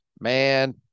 man